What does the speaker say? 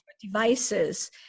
devices